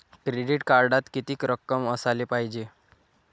Credit कार्डात कितीक रक्कम असाले पायजे?